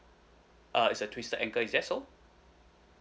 uh is a twisted ankle is that so